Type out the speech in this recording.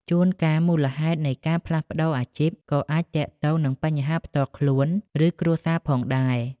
ជួនកាល មូលហេតុនៃការផ្លាស់ប្តូរអាជីពក៏អាចទាក់ទងនឹងបញ្ហាផ្ទាល់ខ្លួន ឬគ្រួសារផងដែរ។